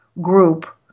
group